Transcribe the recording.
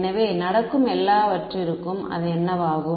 எனவே நடக்கும் எல்லாவற்றிற்கும் அது என்னவாகும்